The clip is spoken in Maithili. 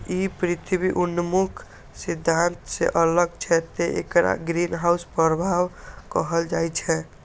ई पृथ्वी उन्मुख सिद्धांत सं अलग छै, तें एकरा ग्रीनहाउस प्रभाव कहल जाइ छै